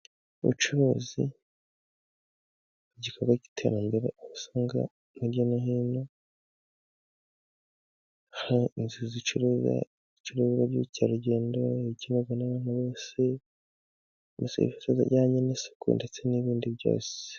Ubucuruzi ni igikorwa cy'iterambere, aho usanga hirya no hino hari inzu zicuruza ibicuruzwa by'ubukerarugendo bikenerwa n'abantu bose, ama serivisi ajyanye n'isuku ndetse n'ibindi byose.